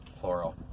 plural